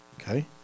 Okay